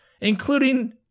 including